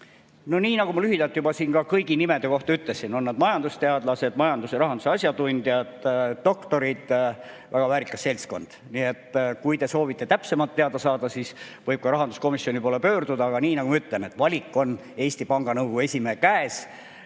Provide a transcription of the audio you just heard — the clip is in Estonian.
No nagu ma lühidalt juba kõigi kohta ütlesin, nad on majandusteadlased, majanduse ja rahanduse asjatundjad, doktorid. Väga väärikas seltskond. Kui te soovite täpsemalt teada saada, siis võib veel rahanduskomisjoni poole pöörduda, aga nagu ma ütlesin, valik on Eesti Panga Nõukogu esimehe käes.